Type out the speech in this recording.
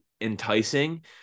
enticing